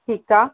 ठीकु आहे